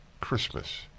Christmas